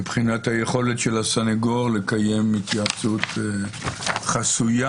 מבחינת היכולת של הסנגור לקיים התייעצות חסויה,